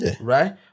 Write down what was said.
right